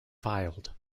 filed